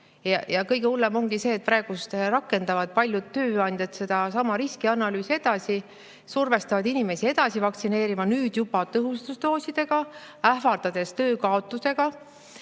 Kõige hullem on see, et praegu rakendavad paljud tööandjad sedasama riskianalüüsi edasi, survestavad inimesi vaktsineerima, nüüd juba tõhustusdoosidega, ähvardades töö kaotusega.